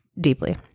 deeply